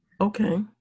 Okay